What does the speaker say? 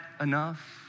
enough